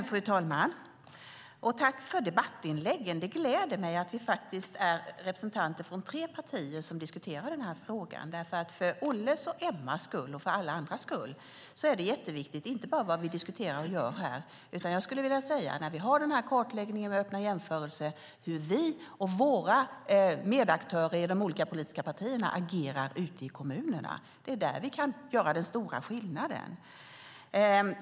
Fru talman! Tack för debattinläggen! Det gläder mig att vi är representanter från tre partier som diskuterar frågan. För Olles och Emmas skull, och för alla andras skull, är det inte bara jätteviktigt vad vi diskuterar och gör här. När vi har kartläggningen med öppna jämförelser är det också viktigt hur vi och våra medaktörer i de olika politiska partierna agerar ute i kommunerna. Det är där vi kan göra den stora skillnaden.